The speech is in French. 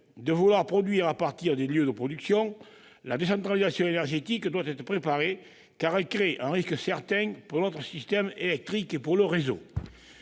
de l'électricité à proximité des lieux de production, la décentralisation énergétique doit être préparée, car elle crée un risque certain pour notre système électrique et pour le réseau.